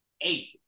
eight